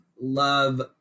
love